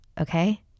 okay